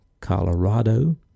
Colorado